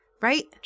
right